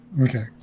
Okay